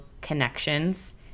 connections